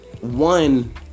one